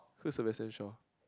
who's Sebestian-Shaw